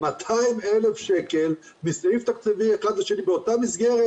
200,000 שקל מסעיף תקציבי אחד לשני באותה מסגרת,